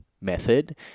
method